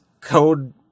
code